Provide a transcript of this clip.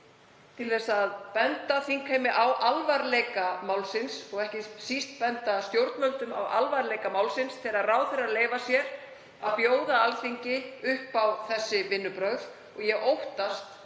til að benda þingheimi á alvarleika málsins og ekki síst benda stjórnvöldum á alvarleika málsins þegar ráðherrar leyfa sér að bjóða Alþingi upp á þessi vinnubrögð. Ég óttast